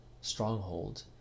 stronghold